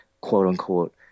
quote-unquote